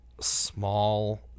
small